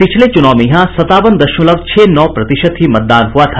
पिछले चुनाव में यहां संतावन दशमलव छह नौ प्रतिशत ही मतदान हुआ था